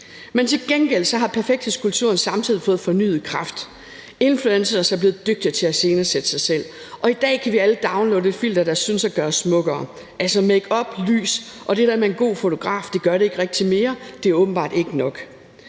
Til gengæld har perfekthedskulturen samtidig fået fornyet kraft. Influencere er blevet dygtigere til at iscenesætte sig selv, og i dag kan vi alle downloade et filter, der synes at gøre os smukkere. Altså, makeup, lys og en god fotograf gør det ikke rigtig mere; det er åbenbart ikke nok.